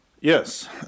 Yes